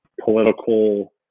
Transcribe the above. political